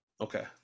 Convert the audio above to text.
Okay